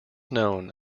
known